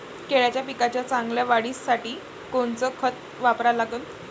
केळाच्या पिकाच्या चांगल्या वाढीसाठी कोनचं खत वापरा लागन?